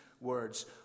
words